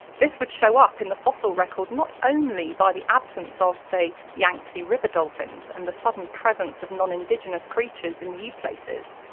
this would show up in the fossil record not only by the absence of, say, yangtze river dolphins, and the sudden presence of non-indigenous creatures in new places,